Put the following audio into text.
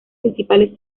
principales